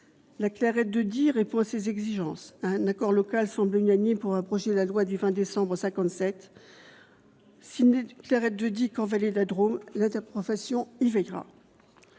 La Clairette de Die répond à ces exigences. Un accord local semble unanime pour abroger la loi du 20 décembre 1957. S'il n'est Clairette de Die qu'en vallée de la Drôme, l'interprofession y veillera.